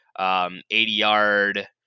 80-yard